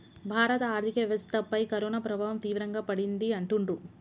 భారత ఆర్థిక వ్యవస్థపై కరోనా ప్రభావం తీవ్రంగా పడింది అంటుండ్రు